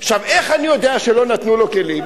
עכשיו, איך אני יודע שלא נתנו לו כלים?